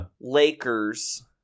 Lakers